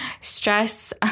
Stress